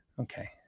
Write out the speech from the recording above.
Okay